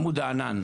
עמוד הענן.